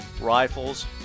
rifles